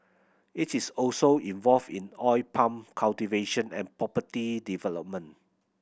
it is also involved in oil palm cultivation and property development